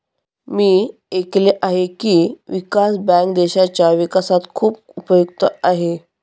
मी ऐकले आहे की, विकास बँक देशाच्या विकासात खूप उपयुक्त आहे